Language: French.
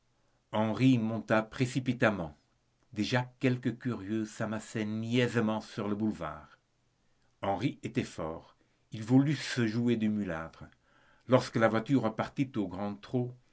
henri monta précipitamment déjà quelques curieux s'amassaient niaisement sur le boulevard henri était fort il voulut se jouer du mulâtre lorsque la voiture partit au grand trot